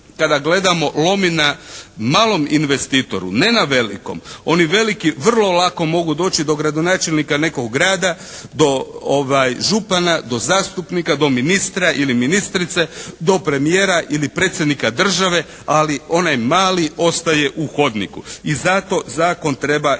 kada gledamo lomi na malom investitoru, ne na velikom. Oni veliki vrlo lako mogu doći do gradonačelnika nekog grada, do župana, do zastupnika, do ministra ili ministrice, do premijera ili predsjednika države, ali onaj mali ostaje u hodniku. I zato zakon treba jednom